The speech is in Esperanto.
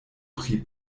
pri